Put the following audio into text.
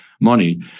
money